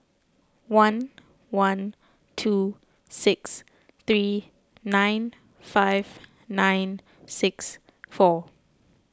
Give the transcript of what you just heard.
one one two six three nine five nine six four